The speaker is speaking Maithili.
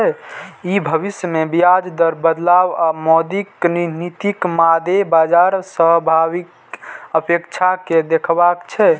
ई भविष्य मे ब्याज दर बदलाव आ मौद्रिक नीतिक मादे बाजार सहभागीक अपेक्षा कें देखबै छै